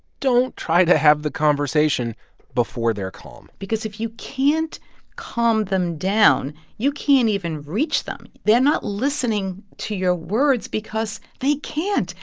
don't try to have the conversation before they're calm because if you can't calm them down, you can't even reach them. they're not listening to your words because they can't.